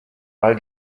ball